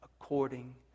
according